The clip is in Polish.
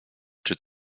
czy